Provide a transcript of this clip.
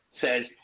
says